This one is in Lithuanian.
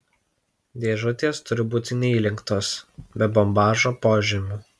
dėžutės turi būti neįlenktos be bombažo požymių